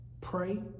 Pray